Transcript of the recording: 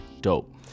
dope